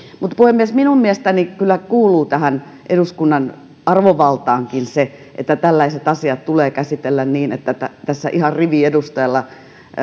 mutta puhemies minun mielestäni kyllä kuuluu tähän eduskunnan arvovaltaankin se että tällaiset asiat tulee käsitellä niin että tässä ihan riviedustajalla